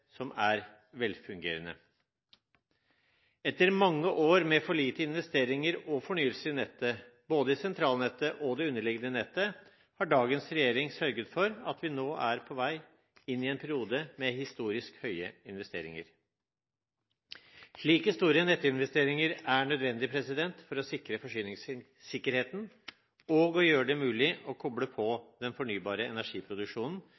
som er velfungerende. Etter mange år med for lite investeringer og fornyelse i nettet, både i sentralnettet og det underliggende nettet, har dagens regjering sørget for at vi nå er på vei inn i en periode med historisk høye investeringer. Slike store nettinvesteringer er nødvendig for å sikre forsyningssikkerheten og å gjøre det mulig å koble på den fornybare energiproduksjonen